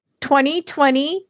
2020